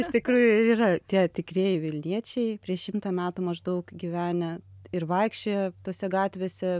iš tikrųjų ir yra tie tikrieji vilniečiai prieš šimtą metų maždaug gyvenę ir vaikščioję tose gatvėse